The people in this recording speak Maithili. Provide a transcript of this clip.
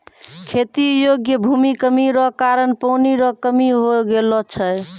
खेती योग्य भूमि कमी रो कारण पानी रो कमी हो गेलौ छै